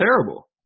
terrible